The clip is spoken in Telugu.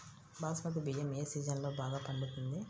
బాస్మతి బియ్యం ఏ సీజన్లో బాగా పండుతుంది?